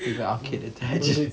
with a arcade attached